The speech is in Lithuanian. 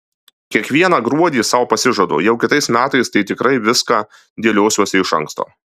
kiekvieną gruodį sau pasižadu jau kitais metais tai tikrai viską dėliosiuosi iš anksto